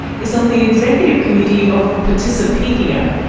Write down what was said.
is on the executive committee of participedia,